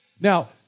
Now